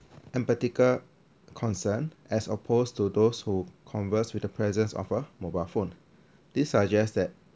and practical concern as opposed to those who conversed with the presence of a mobile phone this suggests that